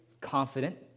confident